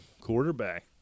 quarterback